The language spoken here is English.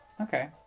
Okay